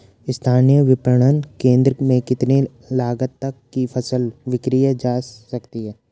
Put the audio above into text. स्थानीय विपणन केंद्र में कितनी लागत तक कि फसल विक्रय जा सकती है?